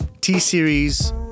T-Series